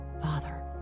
father